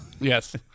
Yes